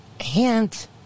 hint